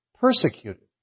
Persecuted